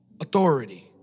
authority